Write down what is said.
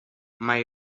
mai